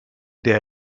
der